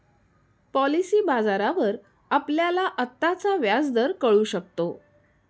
policy बाजारावर आपल्याला आत्ताचा व्याजदर कळू शकतो